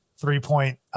three-point